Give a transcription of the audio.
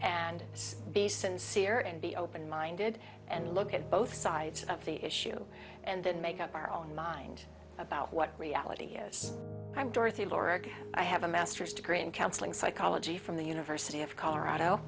and be sincere and be open minded and look at both sides of the issue and then make up our own mind about what reality is i'm dorothy lorica i have a master's degree in counseling psychology from the university of colorado